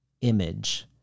image